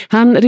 Han